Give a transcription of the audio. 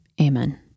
Amen